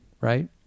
right